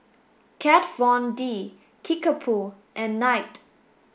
Kat Von D Kickapoo and Knight